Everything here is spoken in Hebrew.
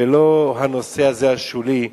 ולא הנושא הזה, השולי,